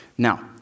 Now